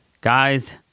guys